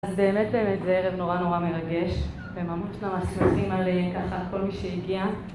אז באמת באמת, זה ערב נורא נורא מרגש וממש ממש שמחים על ככה כל מי שהגיע